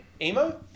Emo